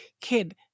kid